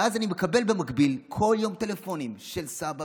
ואז אני מקבל במקביל כל יום טלפונים של סבא